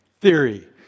Theory